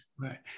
Right